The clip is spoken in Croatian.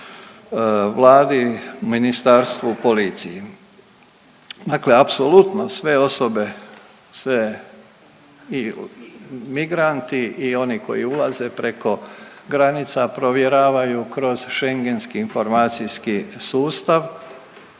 Vladi, ministarstvu, policiji. Dakle apsolutno sve osobe se i migranti i oni koji ulaze preko granica provjeravaju kroz Šengenski informacijski sustav,